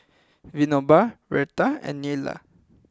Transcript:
Vinoba Virat and Neila